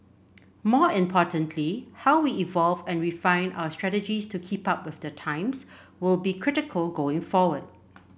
more importantly how we evolve and refine our strategies to keep up with the times will be critical going forward